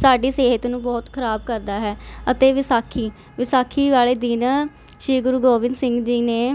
ਸਾਡੀ ਸਿਹਤ ਨੂੰ ਬਹੁਤ ਖਰਾਬ ਕਰਦਾ ਹੈ ਅਤੇ ਵਿਸਾਖੀ ਵਿਸਾਖੀ ਵਾਲ਼ੇ ਦਿਨ ਸ਼੍ਰੀ ਗੁਰੂ ਗੋਬਿੰਦ ਸਿੰਘ ਜੀ ਨੇ